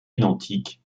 identiques